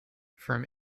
from